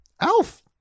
Alf